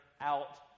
out